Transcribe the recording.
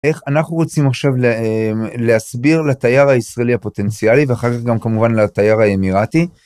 איך אנחנו רוצים עכשיו להסביר לתייר הישראלי הפוטנציאלי ואחר כך גם כמובן לתייר האמירתי.